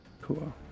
cool